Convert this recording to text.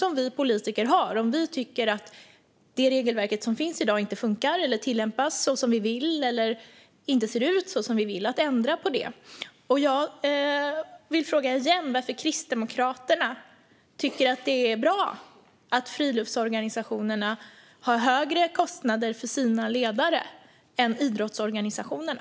Om vi politiker tycker att det regelverk som finns i dag inte funkar, inte tillämpas så som vi vill eller inte ser ut så som vi vill har vi ansvar för att ändra på det. Jag vill fråga igen: Varför tycker Kristdemokraterna att det är bra att friluftsorganisationerna har högre kostnader för sina ledare än idrottsorganisationerna?